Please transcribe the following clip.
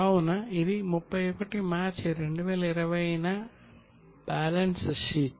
కావున ఇది 31 మార్చి 2020 న బ్యాలెన్స్ షీట్